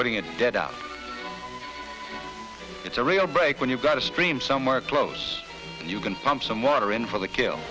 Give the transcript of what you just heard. putting it dead up it's a real break when you've got a stream somewhere close and you can pump some water in for the kill